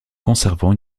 conservant